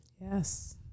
Yes